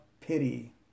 pity